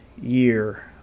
year